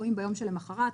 רואים ביום שלמוחרת,